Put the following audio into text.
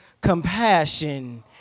compassion